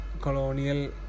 colonial